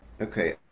Okay